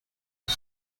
was